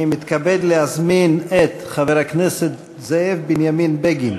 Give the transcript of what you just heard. אני מתכבד להזמין את חבר הכנסת זאב בנימין בגין